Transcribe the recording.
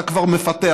אתה כבר מפתח,